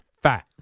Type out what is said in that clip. fat